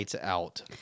out